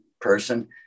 person